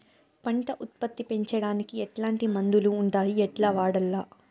పంట ఉత్పత్తి పెంచడానికి ఎట్లాంటి మందులు ఉండాయి ఎట్లా వాడల్ల?